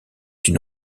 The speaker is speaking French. une